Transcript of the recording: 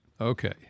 Okay